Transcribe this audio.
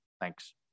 Thanks